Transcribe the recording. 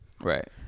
Right